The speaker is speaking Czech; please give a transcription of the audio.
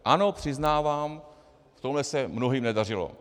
Ano, přiznávám, v tomhle se mnohým nedařilo.